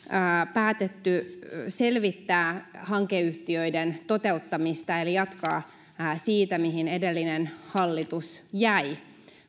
päätetty selvittää hankeyhtiöiden toteuttamista eli jatkaa siitä mihin edellinen hallitus jäi